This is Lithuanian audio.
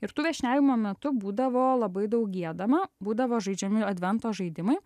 ir tų viešniavimų metu būdavo labai daug giedama būdavo žaidžiami advento žaidimai